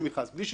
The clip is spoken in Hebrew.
בלי שיקול דעת,